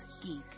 geek